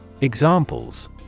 Examples